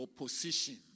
opposition